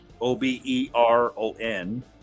o-b-e-r-o-n